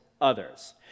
others